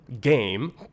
game